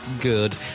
good